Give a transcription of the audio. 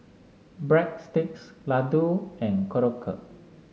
Breadsticks Ladoo and Korokke